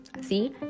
see